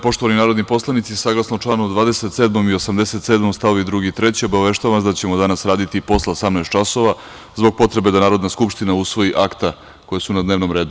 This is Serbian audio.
Poštovani narodni poslanici, saglasno čl. 27. i 87. st. 2. i 3. obaveštavam vas da ćemo danas raditi i posle 18.00 časova, zbog potrebe da Narodna skupština usvoji akta koja su na dnevnom redu.